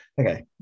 Okay